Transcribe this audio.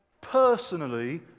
personally